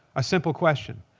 a simple question.